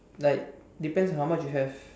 like depends on how much you have